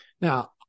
Now